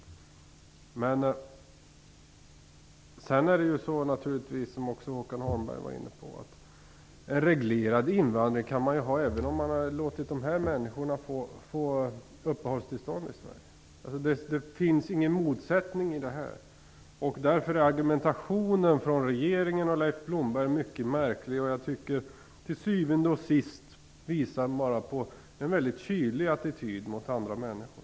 En reglerad invandring, och detta var Håkan Holmberg inne på, kan man ha, även om de här människorna hade fått uppehållstillstånd i Sverige. Det finns alltså ingen motsättning här. Därför är argumentationen från regeringen och Leif Blomberg mycket märklig. Till syvende och sist visar den på en väldigt kylig attityd gentemot andra människor.